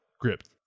gripped